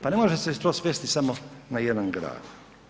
Pa ne može se to svesti samo na jedan grad.